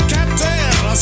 Captain